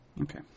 Okay